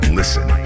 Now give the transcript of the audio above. listen